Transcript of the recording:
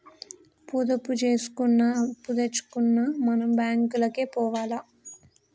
పొదుపు జేసుకున్నా, అప్పుదెచ్చుకున్నా మన బాంకులకే పోవాల